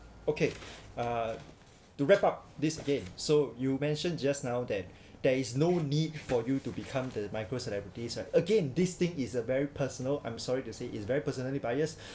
okay uh to wrap up this game so you mentioned just now that there is no need for you to become the micro celebrities right again this thing is a very personal I'm sorry to say it's very personally biased